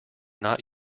not